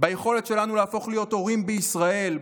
ביכולת שלנו להפוך להיות הורים בישראל,